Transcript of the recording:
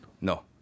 no